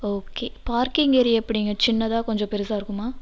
okay parking area எப்படிங்க சின்னதாக கொஞ்சம் பெருசாக இருக்குமா